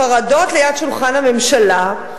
חרדות ליד שולחן הממשלה.